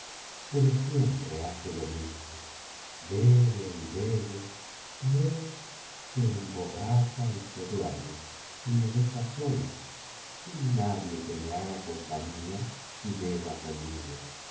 pero siempre hace lo mismo bebe y bebe y luego se emborracha y se duerme y me deja sola sin nadie que me haga compañía y beba conmigo